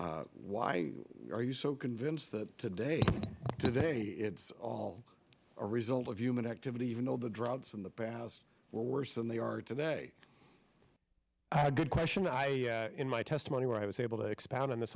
e why are you so convinced that today it's all a result of human activity even though the droughts in the past were worse than they are today a good question i in my testimony where i was able to expound on this